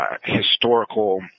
historical